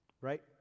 right